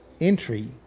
entry